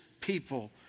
people